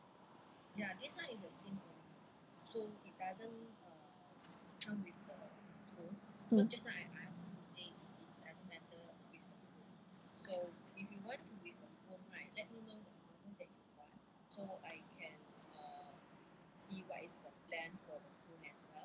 mm